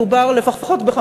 מדובר לפחות,